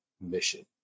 mission